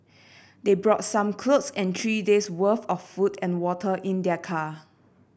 they brought some clothes and three days' worth of food and water in their car